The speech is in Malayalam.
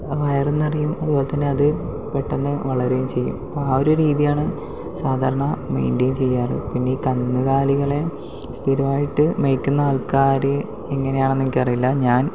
വയറും നിറയും അതുപോലെത്തന്നേ അത് പെട്ടന്ന് വളരുകയും ചെയ്യും അപ്പോൾ ആ ഒരു രീതിയാണ് സാധാരണ മെയിൻ്റെയിൻ ചെയ്യാറ് പിന്നെ ഈ കന്നുകാലികളെ സ്ഥിരമായിട്ട് മേയ്ക്കുന്ന ആൾക്കാര് എങ്ങനെയാണെന്ന് എനിക്കറിയില്ല ഞാൻ